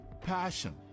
passion